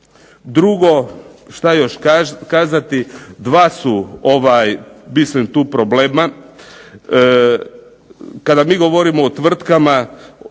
Drugo, što još kazati? 2 su tu problema. Kada mi govorimo o tvrtkama